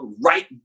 right